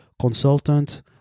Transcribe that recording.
consultant